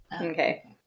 Okay